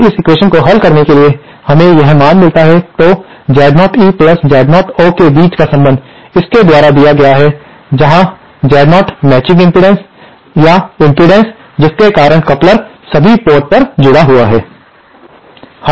अब इस एक्वेशन्स को हल करने पर हमें यह मान मिलता है तो Z0 E और Z0 O के बीच का संबंध इसके द्वारा दिया गया है जहाँ Z0 मैचिंग इम्पीडेन्स या इम्पीडेन्स जिसके कारण कपलर सभी पोर्ट पर जुड़ा हुआ है